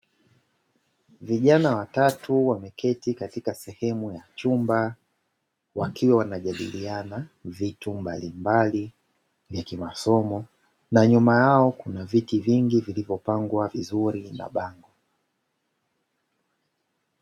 Vijana watatu wameketi katika sehemu ya chumba, wakiwa wanajadiliana vitu mbalimbali vya kimasomo na nyuma yao kuna viti vingi vilivyopangwa vizuri na bango.